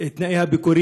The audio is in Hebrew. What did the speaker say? את תנאי הביקורים,